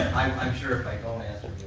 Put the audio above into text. i'm sure if i don't answer,